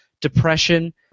depression